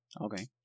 Okay